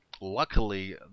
luckily